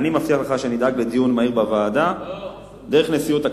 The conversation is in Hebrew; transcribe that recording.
אני מבטיח לך שאני אדאג לדיון מהיר בוועדה דרך נשיאות הכנסת.